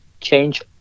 change